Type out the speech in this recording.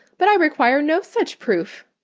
but i require no such proof.